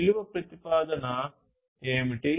విలువ ప్రతిపాదన ఏమిటి